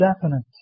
definite